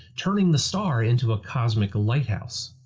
turning the star into a cosmic lighthouse.